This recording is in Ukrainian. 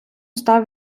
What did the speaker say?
став